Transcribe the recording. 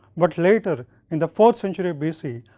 but later in the fourth century bc,